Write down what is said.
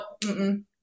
-mm